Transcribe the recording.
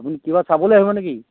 আপুনি কিবা চাবলৈ আহিব নেকি